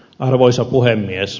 arvoisa puhemies